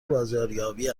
بازاریابی